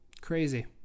crazy